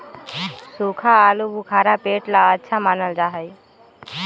सूखा आलूबुखारा पेट ला अच्छा मानल जा हई